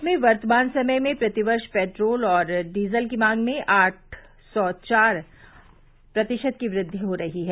प्रदेश में वर्तमान समय में प्रतिकर्ष पेट्रोल और डीजल की मांग में आठ से चार प्रतिशत की वृद्धि हो रही है